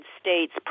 states